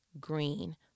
green